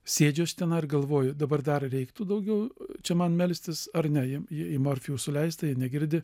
sėdžiu aš tenai ir galvoju dabar dar reiktų daugiau čia man melstis ar ne jai jie į morfijų suleista negirdi